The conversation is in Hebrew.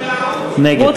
חברת הכנסת קלדרון לא הצביעה?